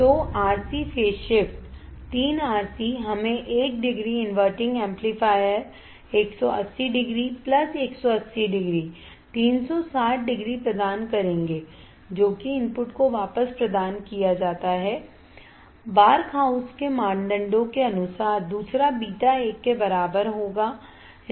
तो RC phase shift 3 RC हमें 1 degree inverting amplifier 180 degree 180 degree 360 degree प्रदान करेगी जो कि इनपुट को वापस प्रदान किया जाता है बार्कहाउज़ के मानदंडों के अनुसार दूसरा बीटा 1 के बराबर होगा